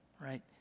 right